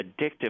addictive